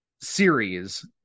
series